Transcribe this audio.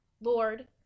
Lord